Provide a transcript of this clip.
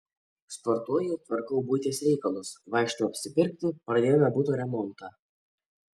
sportuoju tvarkau buities reikalus vaikštau apsipirkti pradėjome buto remontą